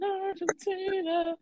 Argentina